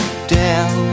down